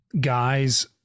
guys